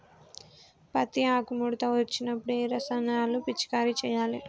పత్తి ఆకు ముడత వచ్చినప్పుడు ఏ రసాయనాలు పిచికారీ చేయాలి?